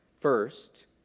First